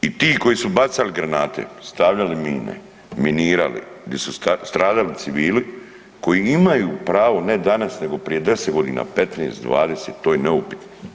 I ti koji su bacali granate, stavljali mine, minirali, gdje su stradalnici bili koji imaju pravo ne danas nego prije 10 godina, 15, 20 to je neupitno.